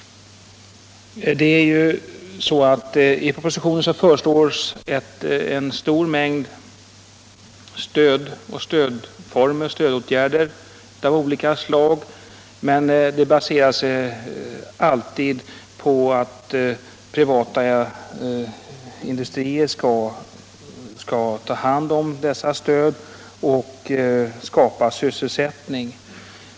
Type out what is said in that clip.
I propositionen föreslås en mängd stödåtgärder av olika slag, men de baseras alltid på att privata industrier skall ta hand om stödet och skapa sysselsättning.